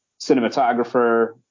cinematographer